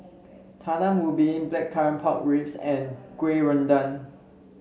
Talam Ubi Blackcurrant Pork Ribs and kuih